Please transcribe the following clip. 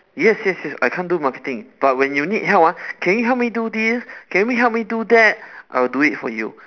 yes yes yes I can't do marketing but when you need help ah can you help me do this can you help me do that I will do it for you